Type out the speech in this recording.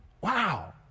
Wow